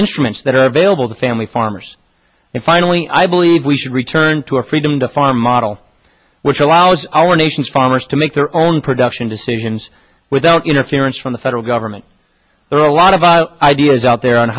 instruments that are available to family farmers and finally i believe we should return to a freedom to farm model which allows our nation's farmers to make their own production decisions without interference from the federal government there are a lot of ideas out there on